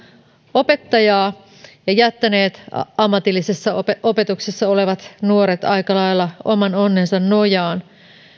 opettajaa ja jättäneet ammatillisessa opetuksessa olevat nuoret aika lailla oman onnensa nojaan